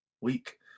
week